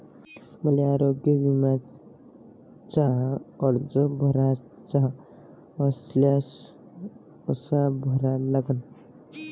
मले आरोग्य बिम्याचा अर्ज भराचा असल्यास कसा भरा लागन?